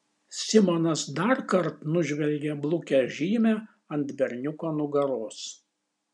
simonas darkart nužvelgė blukią žymę ant berniuko nugaros